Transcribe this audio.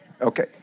Okay